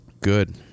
Good